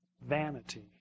vanity